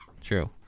True